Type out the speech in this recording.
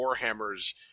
Warhammers